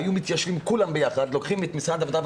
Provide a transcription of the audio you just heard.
והם לא צריכים לממן עסקים שנמצאים במשבר.